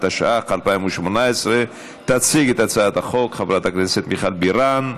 התשע"ח 2018. תציג את הצעת החוק חברת הכנסת מיכל בירן,